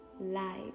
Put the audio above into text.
light